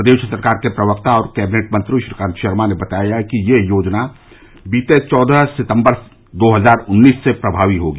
प्रदेश सरकार के प्रवक्ता और कैबिनेट मंत्री श्रीकांत शर्मा ने बताया कि यह योजना बीते चौदह सितंबर दो हजार उन्नीस से प्रभावी होगी